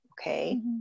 okay